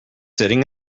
sitting